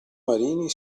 marini